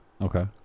Okay